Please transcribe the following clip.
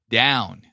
down